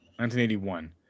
1981